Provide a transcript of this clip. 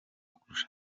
kurusha